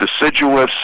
deciduous